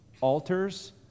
altars